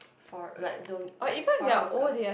for like th~ like foreign workers